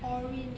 orange ah